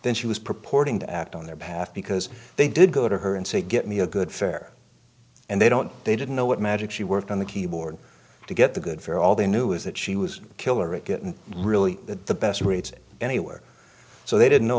then she was purporting to act on their behalf because they did go to her and say get me a good fair and they don't they didn't know what magic she worked on the keyboard to get the good for all they knew is that she was a killer it didn't really the best rates anywhere so they didn't know